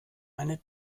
eine